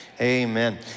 Amen